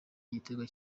igitego